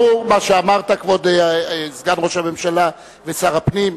זה ברור מה שאמרת, כבוד סגן ראש הממשלה ושר הפנים.